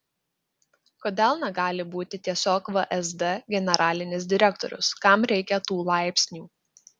kodėl negali būti tiesiog vsd generalinis direktorius kam reikia tų laipsnių